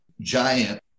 giant